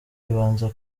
ibanza